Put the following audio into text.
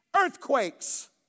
earthquakes